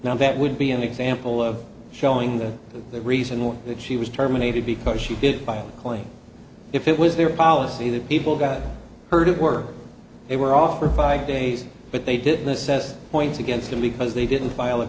now that would be an example of showing that the reason was that she was terminated because she did file a claim if it was their policy that people got hurt at work they were offered five days but they did not says points against them because they didn't file a